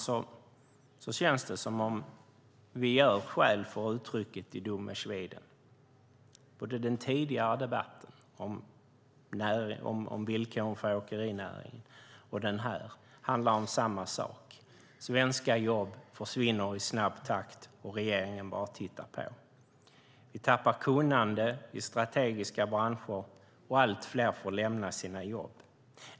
Ibland känns det som om vi gör skäl för uttrycket die dummen Schweden. Både den tidigare debatten om villkoren för åkerinäringen och den här handlar om samma sak, nämligen att svenska jobb försvinner i snabb takt och regeringen tittar bara på. Vi tappar kunnande i strategiska branscher, och allt fler får lämna sina jobb.